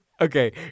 Okay